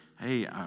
Hey